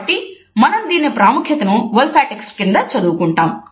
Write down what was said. కాబట్టి మనం దీని ప్రాముఖ్యతను వోల్ఫాక్టీక్స్ కింద చదువుకుంటాం